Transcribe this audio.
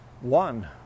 one